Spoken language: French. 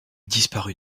disparut